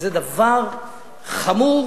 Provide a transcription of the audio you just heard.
שזה דבר חמור,